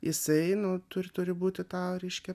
jisai nu turi turi būti tą reikia